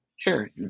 Sure